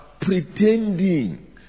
pretending